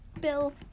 Bill